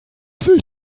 sich